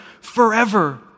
forever